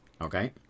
Okay